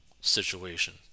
situation